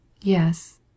Yes